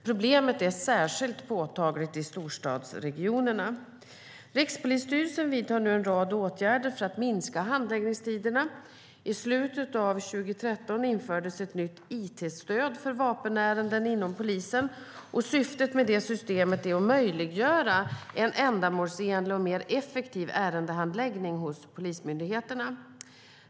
Problemet är särskilt påtagligt i storstadsregionerna. Rikspolisstyrelsen vidtar nu en rad åtgärder för att minska handläggningstiderna. I slutet av 2013 infördes ett nytt it-stöd för vapenärenden inom polisen. Syftet med systemet är att möjliggöra en ändamålsenlig och mer effektiv ärendehandläggning hos polismyndigheterna.